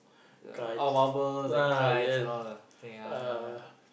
uh bubbles that kinds and all the thing ah ya ya ya